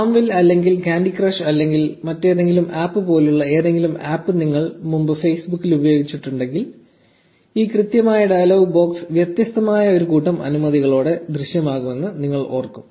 FarmVille അല്ലെങ്കിൽ candy crush അല്ലെങ്കിൽ മറ്റേതെങ്കിലും ആപ്പ് പോലുള്ള ഏതെങ്കിലും ആപ്പ് നിങ്ങൾ മുമ്പ് ഫേസ്ബുക്കിൽ ഉപയോഗിച്ചിട്ടുണ്ടെങ്കിൽ ഈ കൃത്യമായ ഡയലോഗ് ബോക്സ് വ്യത്യസ്തമായ ഒരു കൂട്ടം അനുമതികളോടെ ദൃശ്യമാകുന്നത് നിങ്ങൾ ഓർക്കും